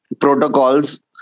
protocols